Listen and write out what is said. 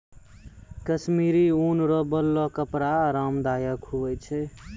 कश्मीरी ऊन रो बनलो कपड़ा आराम दायक हुवै छै